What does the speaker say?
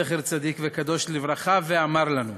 זכר צדיק וקדוש לברכה, ואמר לנו: